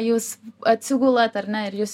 jus atsigulat ar ne ir jus